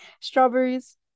Strawberries